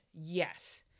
Yes